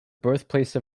birthplace